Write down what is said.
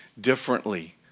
differently